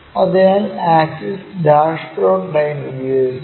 അതിനാൽ axis dash dot line ഉപയോഗിക്കുന്നു